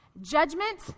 Judgment